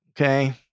Okay